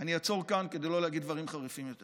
אני אעצור כאן כדי לא להגיד דברים חריפים יותר.